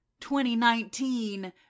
2019